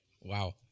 Wow